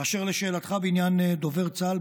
אשר לשאלתך בעניין דובר צה"ל,